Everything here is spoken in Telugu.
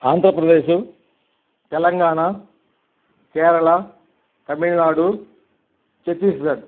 ఆంధ్రప్రదేశ్ తెలంగాణ కేరళా తమిళనాడు ఛత్తీస్ఘడ్